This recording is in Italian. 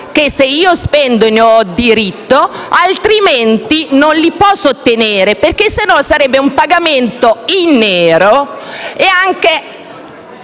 che se io spendo ne ho diritto altrimenti non li posso ottenere, se fosse altrimenti sarebbe un pagamento in nero e anche,